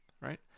right